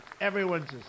everyone's